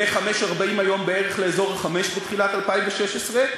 מ-5.40 בערך היום לאזור ה-5 בתחילת 2016,